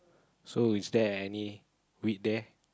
so is there any wheat there